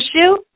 issue